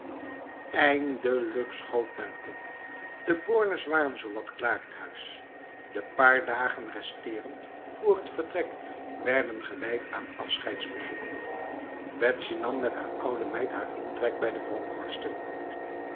eindelijk schoot men op de bornes waren zowat klaar in huis de paar dagen restend vr het vertrek werden gewijd aan afscheidsbezoeken betsy nam met haar oude meid haar intrek bij de bronkhorsten